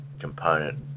component